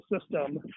system